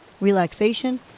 relaxation